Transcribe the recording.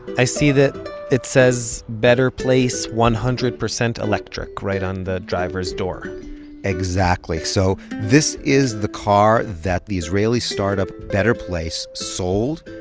i see that it says better place one hundred percent electric right on the driver's door exactly. so this is the car that the israeli startup better place sold.